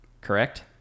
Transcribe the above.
Correct